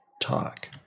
talk